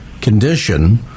condition